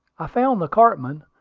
i found the cartman,